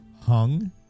Hung